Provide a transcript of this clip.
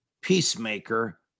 peacemaker